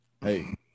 Hey